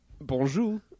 Bonjour